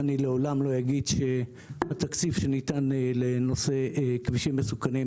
אני לעולם לא אגיד שהתקציב שניתן לנושא כבישים מסוכנים,